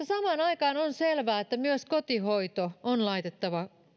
samaan aikaan on selvää että myös kotihoito on laitettava